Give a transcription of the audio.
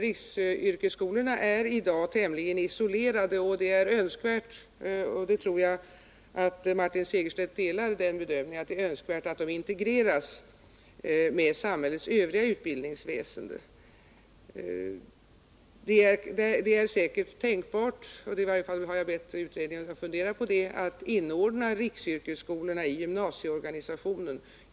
Riksyrkesskolorna är i dag tämligen isolerade, och det är önskvärt — jag tror att Martin Segerstedt delar den bedömningen — att de integreras med övriga utbildningsmöjligheter inom samhällets utbildningsväsende. Det är säkert tänkbart — i varje fall har jag bett utredningen att fundera på detta — att inordna riksyrkesskolorna i gymnasieorganisationen.